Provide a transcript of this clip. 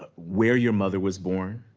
ah where your mother was born,